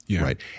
right